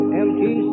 empty